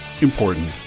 important